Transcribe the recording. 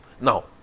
Now